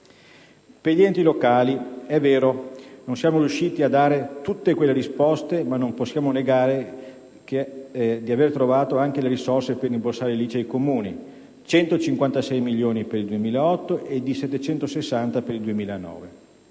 Agli enti locali - è vero - non siamo riusciti a dare tutte le risposte, ma non possiamo negare di aver trovato le risorse per rimborsare l'ICI ai Comuni (156 milioni per il 2008 e 760 per il 2009):